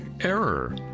error